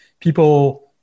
people